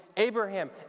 Abraham